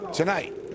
Tonight